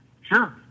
Sure